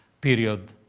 period